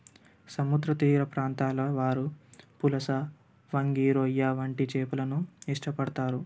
సముద్ర తీర ప్రాంతాల వారు పులస వంగి రొయ్య వంటి చేపలను ఇష్టపడతారు